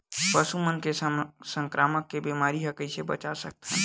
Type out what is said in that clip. पशु मन ला संक्रमण के बीमारी से कइसे बचा सकथन?